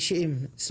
90 ימים.